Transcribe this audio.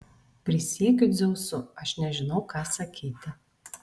prisiekiu dzeusu aš nežinau ką sakyti